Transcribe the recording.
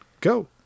go